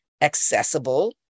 accessible